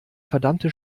verdammte